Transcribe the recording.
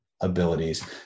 abilities